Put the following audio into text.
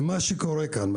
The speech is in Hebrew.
ממה שקורה כאן,